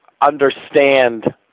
understand